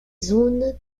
zones